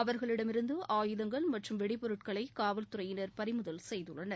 அவர்களிடமிருந்து ஆயுதங்கள் மற்றும் வெடிபொருட்களை காவல்துறையினர் பறிமுதல் செய்துள்ளனர்